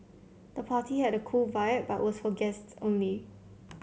the party had a cool vibe but was for guests only